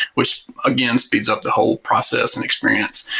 which again speeds up the whole process and experience.